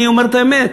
אני אומר את האמת,